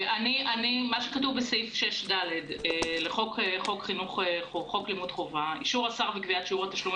מה שכתוב בסעיף 6(ד) לחוק לימוד חובה: "אישור השר וקביעת שיעור התשלומים